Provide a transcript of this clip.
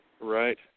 Right